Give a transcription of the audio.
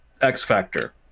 x-factor